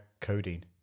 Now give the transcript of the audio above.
codeine